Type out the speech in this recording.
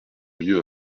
lieu